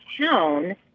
town